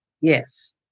Yes